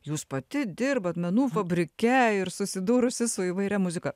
jūs pati dirbat menų fabrike ir susidūrusi su įvairia muzika